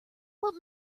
what